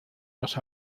los